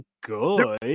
good